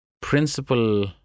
principle